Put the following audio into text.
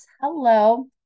hello